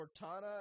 Cortana